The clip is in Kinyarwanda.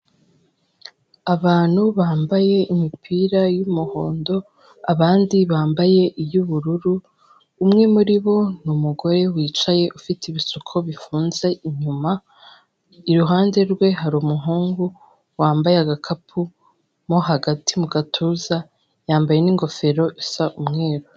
Abantu bambaye imipira y'umuhondo abandi bambaye iy'ubururu, umwe muri bo ni umugore wicaye ufite ibisuko bifunze inyuma, iruhande rwe hari umuhungu wambaye agakapu mo hagati mu gatuza yambaye n'gofero isa umweru.